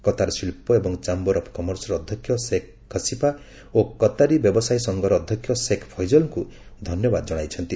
Qatar ଶିଳ୍ପ ଏବଂ chamber of କମର୍ସର ଅଧ୍ୟକ୍ଷ ସେଖ୍ ଖଶିଫା ଓ କତାରି ବ୍ୟବସାୟ ସଂଘର ଅଧ୍ୟକ୍ଷ ସେଖ୍ ଫୈକଲଙ୍କୁ ଧନ୍ୟବାଦ କଶାଇଛନ୍ତି